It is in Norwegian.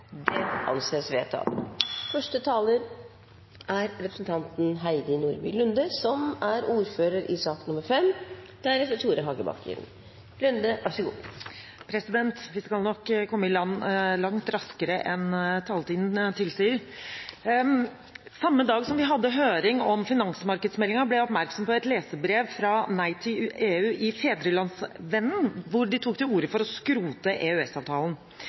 Det anses vedtatt. Vi skal nok komme i havn langt raskere enn taletiden tilsier. Samme dag som vi hadde høring om finansmarkedsmeldingen, ble jeg oppmerksom på et leserbrev fra Nei til EU i Fædrelandsvennen, hvor de tok til orde for å skrote